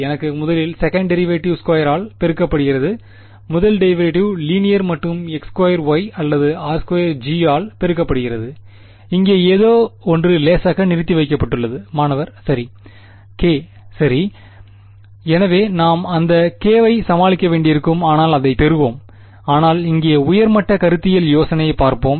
எனக்கு முதலில் second derivative ஸ்கொயரால் பெருக்கப்படுகிறது முதல் டெரிவேட்டிவ் லீனியர் மற்றும் x2y அல்லது r2G ஆள் பெருக்கப்படுகிறது இங்கே எதோ ஒன்று லேசாக நிறுத்தி வைக்கப்பட்டுள்ளது மாணவர் சரி k சரி எனவே நாம் அந்த k ஐ சமாளிக்க வேண்டியிருக்கும் ஆனால் அதைப் பெறுவோம் ஆனால் இங்கே உயர் மட்ட கருத்தியல் யோசனையைப் பார்ப்போம்